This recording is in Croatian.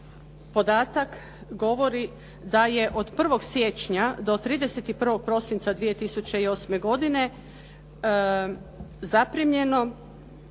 podatak govori da je od 1. siječnja do 31. prosinca 2008. godine zaprimljeno